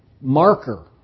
marker